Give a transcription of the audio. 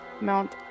Mount